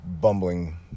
bumbling